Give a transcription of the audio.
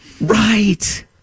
Right